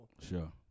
sure